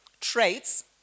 traits